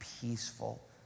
peaceful